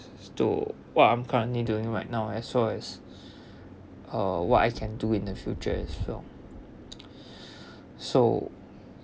to what I'm currently doing right now as so as uh what I can do in the future as well so